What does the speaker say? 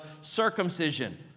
circumcision